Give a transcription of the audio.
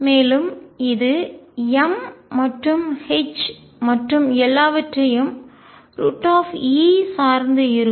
மேலும் இது m மற்றும் h மற்றும் எல்லாவற்றையும் சார்ந்து இருக்கும்